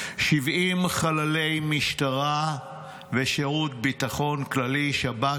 70 חללי משטרה ושירות הביטחון הכללי, שב"כ.